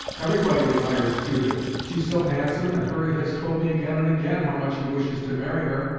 everybody admires judith, she's so handsome, and hurry has told me, again and again, how much he wishes to marry her.